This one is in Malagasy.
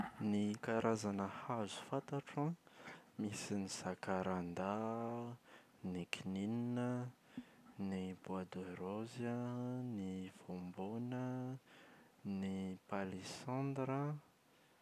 Ny karazana hazo fantatro an: Misy ny zakarandà, ny kininina an, ny bois de rose an, ny voambona an, ny palisandra an.